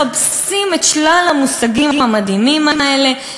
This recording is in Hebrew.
מחפשים את שלל המושגים המדהימים האלה,